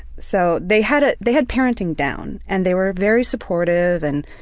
so they had ah they had parenting down, and they were very supportive and